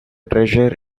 treasure